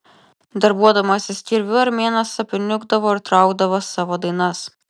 darbuodamasis kirviu armėnas apniukdavo ir traukdavo savo dainas